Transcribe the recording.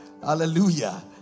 Hallelujah